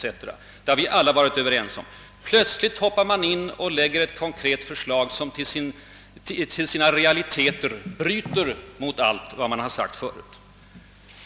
Detta har vi alla varit överens om. Plötsligt framlägger man ett konkret förslag som till sitt innehåll bryter mot allt vad man förut hade sagt.